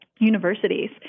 universities